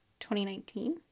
2019